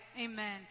Amen